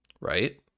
Right